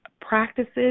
practices